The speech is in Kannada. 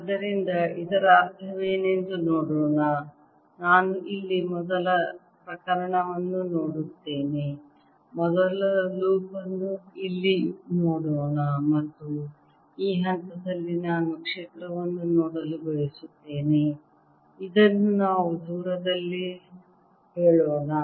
ಆದ್ದರಿಂದ ಇದರ ಅರ್ಥವೇನೆಂದು ನೋಡೋಣ ನಾನು ಇಲ್ಲಿ ಮೊದಲ ಪ್ರಕರಣವನ್ನು ನೋಡುತ್ತೇನೆ ಮೊದಲ ಲೂಪ್ ಅನ್ನು ಇಲ್ಲಿ ನೋಡೋಣ ಮತ್ತು ಈ ಹಂತದಲ್ಲಿ ನಾನು ಕ್ಷೇತ್ರವನ್ನು ನೋಡಲು ಬಯಸುತ್ತೇನೆ ಇದನ್ನು ನಾವು ದೂರದಲ್ಲಿ ಹೇಳೋಣ